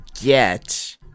get